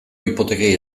hipotekei